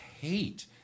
hate